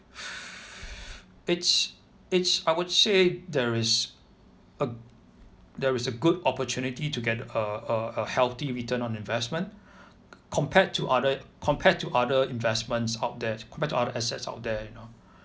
it's it's I would say there is a there is a good opportunity to get a a a healthy return on investment compared to other compared to other investments out there compared to other assets out there you know